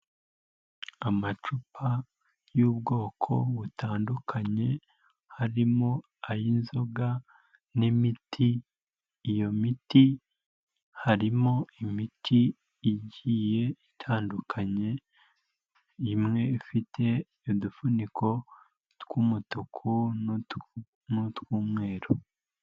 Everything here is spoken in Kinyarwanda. Amacupa y'ubwoko butandukanye harimo ay'inzoga n'imiti, iyo miti harimo imiti igiye itandukanye, imwe ifite udufuniko tw'umutuku n'utw'umweru.